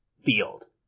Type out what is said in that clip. field